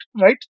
right